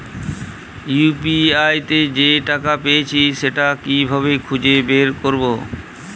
UPI তে যে টাকা পেয়েছি সেটা কিভাবে খুঁজে বের করবো?